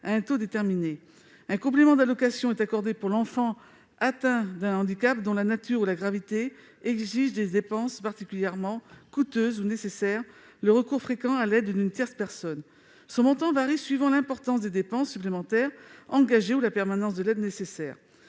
à un taux déterminé. « Un complément d'allocation est accordé pour l'enfant atteint d'un handicap dont la nature ou la gravité exige des dépenses particulièrement coûteuses ou nécessite le recours fréquent à l'aide d'une tierce personne. Son montant varie suivant l'importance des dépenses supplémentaires engagées ou la permanence de l'aide nécessaire.